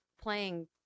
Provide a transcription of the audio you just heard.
playing